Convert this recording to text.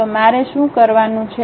તો મારે શું કરવાનું છે